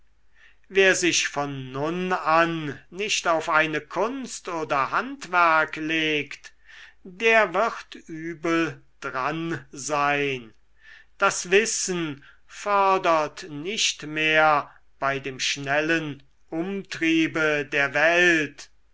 wer sich von nun an nicht auf eine kunst oder handwerk legt der wird übel dran sein das wissen fördert nicht mehr bei dem schnellen umtriebe der welt